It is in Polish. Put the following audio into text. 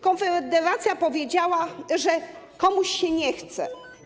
Konfederacja powiedziała, że komuś się nie chce.